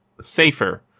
safer